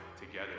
together